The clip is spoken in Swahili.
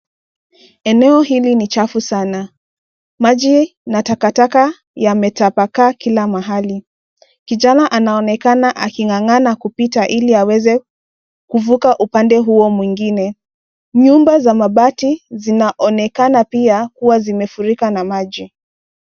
Eneo hili ni chafu sana. Maji na takataka yametapakaa kila mahali. Kijana anaonekana aking'ang'ana kupita ili aweze kuvuka upande huo mwingine. Nyumba za mabati zinaonekana kuwa zimefurika na maji.